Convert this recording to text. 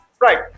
Right